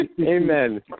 amen